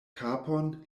kapon